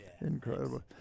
Incredible